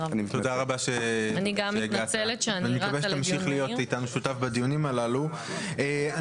גם אני מתנצלת שאני יוצאת אבל אני ממשיכה לעקוב.